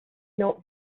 not